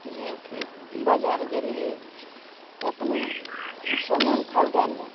जेनाकि बजार गेलियै तऽ अपना सामान खरीदय लए